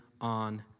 on